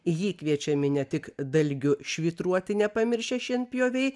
į jį kviečiami ne tik dalgiu švytruoti nepamiršę šienpjoviai